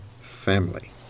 family